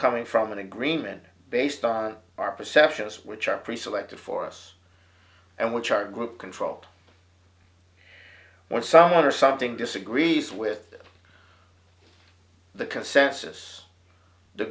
coming from an agreement based on our perceptions which are pre selected for us and which are group controlled when some other something disagrees with the consensus